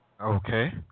Okay